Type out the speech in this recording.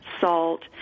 salt